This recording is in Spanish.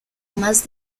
más